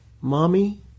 Mommy